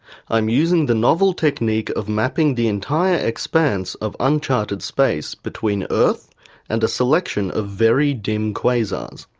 i'm using the novel technique of mapping the entire expanse of uncharted space between earth and a selection of very dim quasars.